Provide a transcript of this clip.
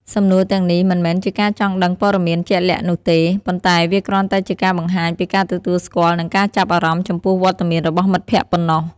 សំណួរទាំងនេះមិនមែនជាការចង់ដឹងព័ត៌មានជាក់លាក់នោះទេ ប៉ុន្តែវាគ្រាន់តែជាការបង្ហាញពីការទទួលស្គាល់និងការចាប់អារម្មណ៍ចំពោះវត្តមានរបស់មិត្តភក្តិប៉ុណ្ណោះ។